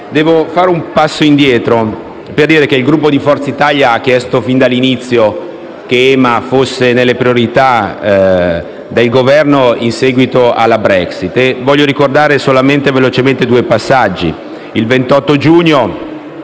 Devo fare un passo indietro, per dire che il Gruppo di Forza Italia ha chiesto fin dall'inizio che l'EMA fosse nelle priorità del Governo in seguito alla Brexit. Voglio qui ricordare velocemente due passaggi.